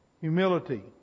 Humility